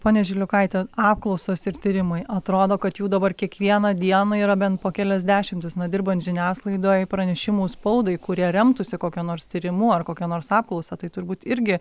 ponia žiliukaite apklausos ir tyrimai atrodo kad jau dabar kiekvieną dieną yra bent po kelias dešimtis na dirbant žiniasklaidoj pranešimų spaudai kurie remtųsi kokia nors tyrimu ar kokia nors apklausa tai turbūt irgi